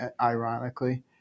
ironically